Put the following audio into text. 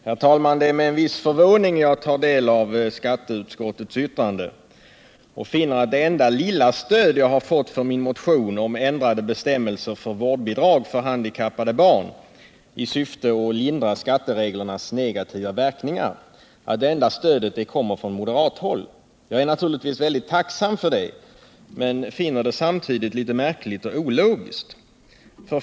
Herr talman! Det är med viss förvåning jag tar del av skatteutskottets yttrande och finner att det enda lilla stöd jag fått för min motion om ändrade bestämmelser för vårdbidrag för handikappade barn i syfte att lindra skattereglernas negativa verkningar kommer från moderathåll. Jag är naturligtvis väldigt tacksam för det, men jag finner det samtidigt litet märkligt och ologiskt.